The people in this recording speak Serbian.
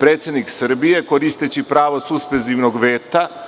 predsednik Srbije koristeći pravo suspenzivnog veta